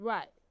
Right